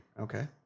okay